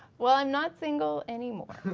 well i'm not single anymore.